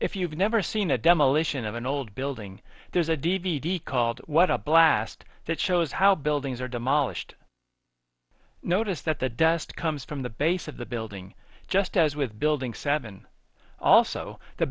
if you've never seen a demolition of an old building there's a d v d called what a blast that shows how buildings are demolished notice that the dust comes from the base of the building just as with building seven also the